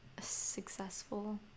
successful